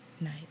Night